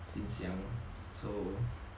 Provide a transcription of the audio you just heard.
since young so